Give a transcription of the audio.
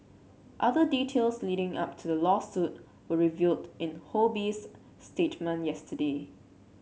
other details leading up to the lawsuit were revealed in Ho Bee's statement yesterday